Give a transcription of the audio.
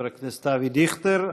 חבר הכנסת אבי דיכטר.